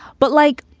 but like,